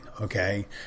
Okay